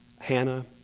Hannah